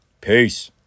peace